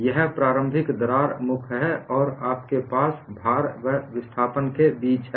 यह प्रारंभिक दरार मुख है और आपके पास भार व विस्थापन के बीच है